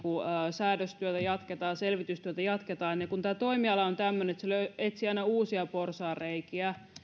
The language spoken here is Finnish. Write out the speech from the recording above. säädöstyötä jatketaan ja selvitystyötä jatketaan ja kun tämä toimiala on tämmöinen että se etsii aina uusia porsaanreikiä